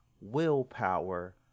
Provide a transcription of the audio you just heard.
willpower